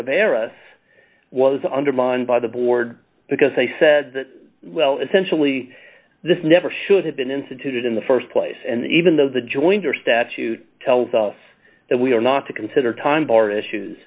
us was undermined by the board because they said that well essentially this never should have been instituted in the st place and even though the jointer statute tells us that we are not to consider time barred issues